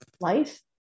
life